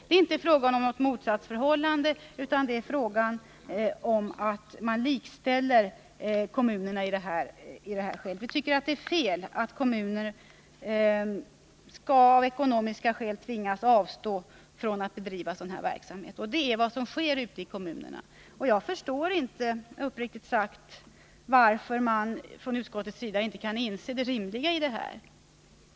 Det är inte fråga om något motsatsförhållande, utan det är fråga om att man likställer kommunerna med folkrörelserna i detta sammanhang. Det är fel att kommunerna av ekonomiska skäl skall avstå från att bedriva sådan här verksamhet. Det är nämligen vad som sker ute i kommunerna. Jag förstår uppriktigt sagt inte varför utskottet inte kan inse det rimliga i detta.